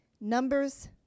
Numbers